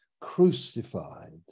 crucified